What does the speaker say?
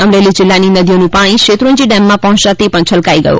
અમરેલી જિલ્લાની નદીઓનું પાણી શેત્રુંજી ડેમમાં પહોંચતા તે પણ છલકાઇ ગયો